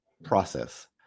process